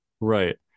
right